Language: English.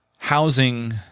Housing